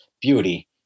beauty